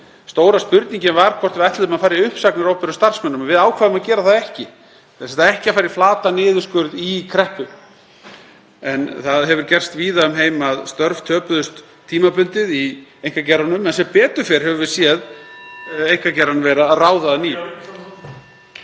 Stóra spurningin var hvort við ætluðum að fara í uppsagnir á opinberum starfsmönnum og við ákváðum að gera það ekki, sem sagt ekki að fara í flatan niðurskurð í kreppu. En það hefur gerst víða um heim að störf töpuðust tímabundið í einkageiranum, en sem betur fer höfum við séð einkageirinn vera að ráða að nýju.